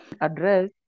Address